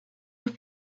have